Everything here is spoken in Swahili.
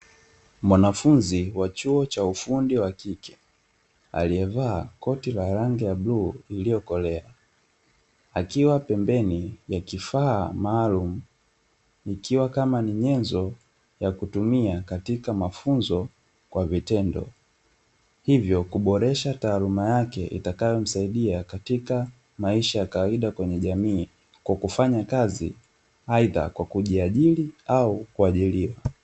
Mwanafunzi wa chuo cha ufundi wa kike aliyevaa koti la rangi ya bluu iliyokolea, akiwa pembeni ya kifaa maalumu ikiwa kama ni nyenzo ya kutumia katika mafunzo kwa vitendo, hivyo kuboresha taaluma yake itakayomsaidia katika maisha ya kawaida kwenye jamii kwa kufanya kazi, aidha kwa kujiajiri au kuajiriwa.